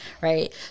Right